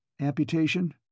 Amputation